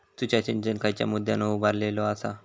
तुषार सिंचन खयच्या मुद्द्यांवर उभारलेलो आसा?